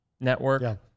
network